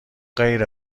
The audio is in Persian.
غیر